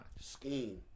Scheme